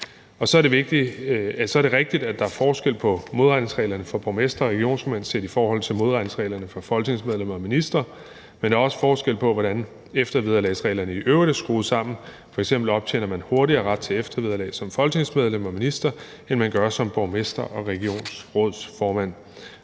Så er det rigtigt, at der er forskel på modregningsreglerne for borgmestre og regionsrådsformænd set i forhold til modregningsreglerne for folketingsmedlemmer og ministre. Men der er også forskel på, hvordan eftervederlagsreglerne i øvrigt er skruet sammen. F.eks. optjener man hurtigere ret til eftervederlag som folketingsmedlem og minister, end man gør som borgmester og regionsrådsformand.